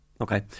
Okay